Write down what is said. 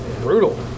brutal